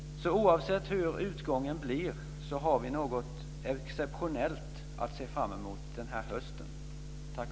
Oavsett hur utgången blir har vi alltså något exceptionellt att se fram emot den här hösten.